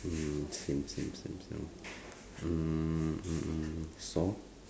mm same same same same mm mm saw